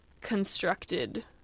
constructed